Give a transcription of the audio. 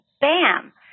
bam